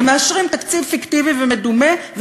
ומאשרים תקציב פיקטיבי ומדומה,